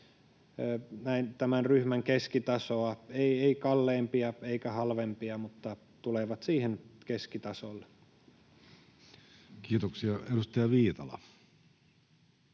tämän ryhmän keskitasoa, eivät kalleimpia eivätkä halvimpia mutta tulevat siihen keskitasolle. Kiitoksia. — Edustaja Viitala.